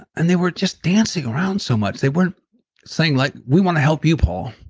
and they were just dancing around so much. they weren't saying like, we want to help you, paul.